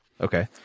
Okay